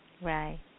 Right